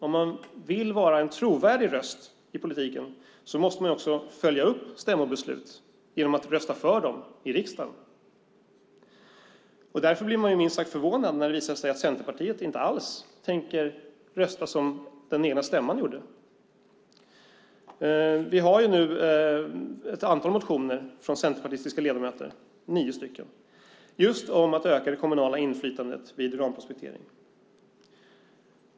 Om man vill vara en trovärdig röst i politiken måste man också följa upp stämmobeslut genom att rösta för dem i riksdagen. Därför blir man minst sagt förvånad när det visar sig att Centerpartiet inte alls tänker rösta som den egna stämman gjorde. Vi har nu ett antal motioner från centerpartistiska ledamöter, nio stycken, om att just öka det kommunala inflytandet vid uranprospektering.